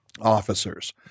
officers